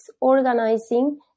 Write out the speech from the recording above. organizing